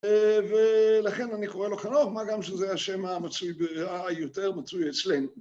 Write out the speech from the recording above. ולכן אני קורא לו חנוך, מה גם שזה השם היותר מצוי אצלנו.